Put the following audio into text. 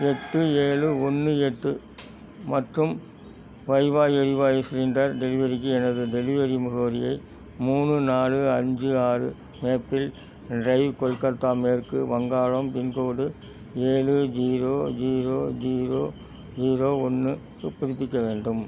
எட்டு ஏழு ஒன்று எட்டு மற்றும் வைவா எரிவாயு சிலிண்டர் டெலிவரிக்கு எனது டெலிவரி முகவரியை மூணு நாலு அஞ்சு ஆறு மேப்பிள் டிரைவ் கொல்கத்தா மேற்கு வங்காளம் பின்கோடு ஏழு ஜீரோ ஜீரோ ஜீரோ ஜீரோ ஒன்று க்கு புதுப்பிக்க வேண்டும்